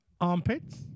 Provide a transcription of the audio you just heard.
Armpits